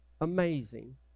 amazing